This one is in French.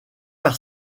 par